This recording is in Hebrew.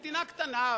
מדינה קטנה,